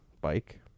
Bike